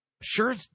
Sure